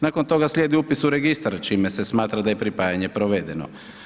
Nakon toga slijedi upis u registar čime se smatra da je pripajanje provedeno.